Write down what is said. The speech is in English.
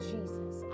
Jesus